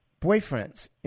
boyfriends